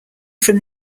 from